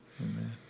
Amen